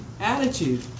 attitude